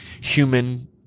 human